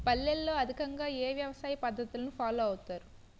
పల్లెల్లో అధికంగా ఏ వ్యవసాయ పద్ధతులను ఫాలో అవతారు?